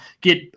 get